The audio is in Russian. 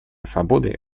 свободы